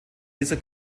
dieser